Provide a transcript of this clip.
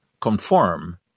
conform